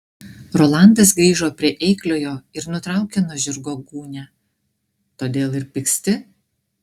rolandas grįžo prie eikliojo ir nutraukė nuo žirgo gūnią todėl ir pyksti